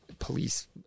police